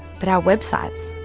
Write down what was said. but our websites,